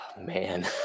Man